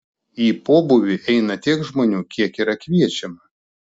į pobūvį eina tiek žmonių kiek yra kviečiama